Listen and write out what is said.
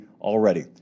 already